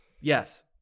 Yes